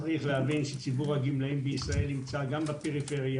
צריך להבין שציבור הגמלאים בישראל נמצא גם בפריפריה,